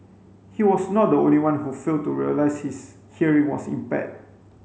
he was not the only one who failed to realise his hearing was impaired